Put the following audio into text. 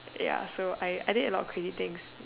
ya so I I did a lot of crazy things